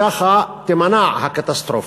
וככה תימנע הקטסטרופה.